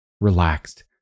relaxed